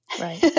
Right